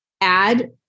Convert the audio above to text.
add